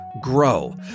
Grow